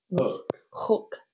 Hook